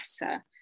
better